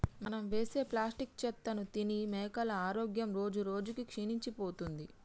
మనం వేసే ప్లాస్టిక్ చెత్తను తిని మేకల ఆరోగ్యం రోజురోజుకి క్షీణించిపోతుంది